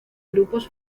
grupos